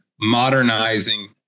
modernizing